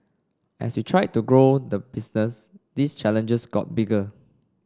as we tried to grow the business these challenges got bigger